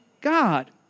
God